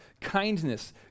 Kindness